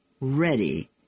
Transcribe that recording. ready